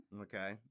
Okay